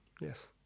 Yes